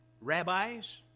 rabbis